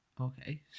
Okay